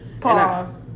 Pause